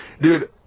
Dude